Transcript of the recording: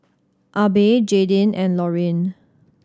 Abe Jaydin and Lorine